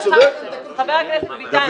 חבר הכנסת ביטן,